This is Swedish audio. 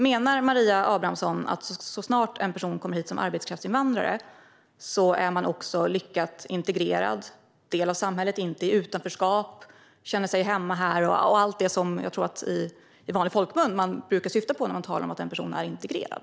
Menar Maria Abrahamsson att så snart en person kommer hit som arbetskraftsinvandrare är den också en lyckad och integrerad del av samhället, inte i utanförskap, känner sig hemma här och allt det som man i vanlig folkmun brukar syfta på när man talar om att en person är integrerad?